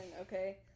okay